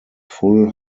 full